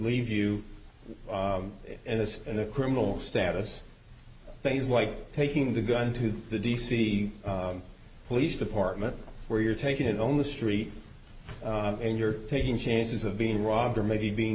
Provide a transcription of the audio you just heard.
leave you in this criminal status things like taking the gun to the d c police department where you're taking it on the street and you're taking chances of being robbed or maybe being